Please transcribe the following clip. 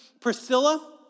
Priscilla